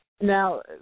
Now